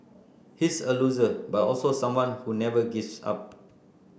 he's a loser but also someone who never gives up